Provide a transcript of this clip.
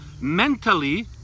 mentally